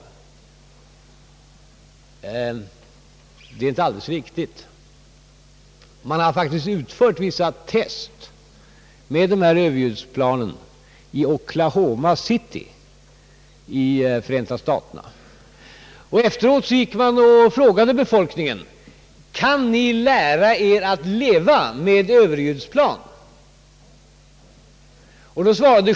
Detta är inte alldeles riktigt. Man har faktiskt utfört vissa test med överljudsplan i Oklahoma City i Förenta staterna. Efteråt frågade man befolkningen: Kan ni lära er att leva med överljudsplan?